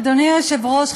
אדוני היושב-ראש,